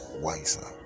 wiser